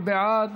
מי בעד?